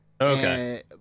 okay